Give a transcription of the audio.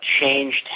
changed